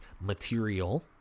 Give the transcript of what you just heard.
material